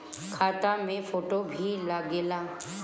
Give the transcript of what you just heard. खाता मे फोटो भी लागे ला?